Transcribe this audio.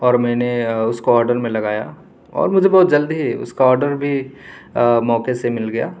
اور میں نے اس کو آڈر میں لگایا اور مجھے بہت جلدی ہی اس کا آڈر بھی موقعہ سے مل گیا